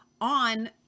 on